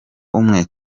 umwe